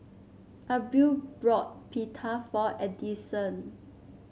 Abril bought Pita for Addyson